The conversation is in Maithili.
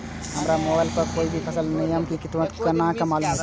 हमरा मोबाइल पर कोई भी फसल के नया कीमत तुरंत केना मालूम होते?